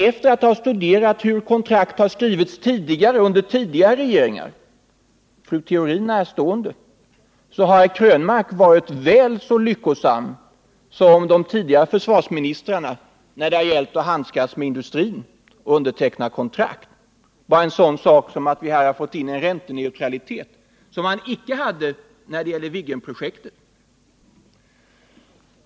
Efter att ha studerat hur kontrakt skrivits under av tidigare regeringar, fru Theorin närstående, vågar jag påstå att herr Krönmark varit väl så lyckosam som de tidigare försvarsministrarna när det gällt att handskas med industrin och underteckna kontrakt. Ta bara en sådan sak som att vi här har fått in en ränteneutralitet, som man icke hade när det gällde Viggenprojektet!